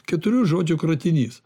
keturių žodžių kratinys